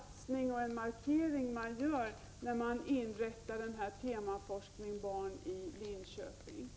1986/87:131 markering som man gör när man inrättar tema Barn i Linköping. 26 maj 1987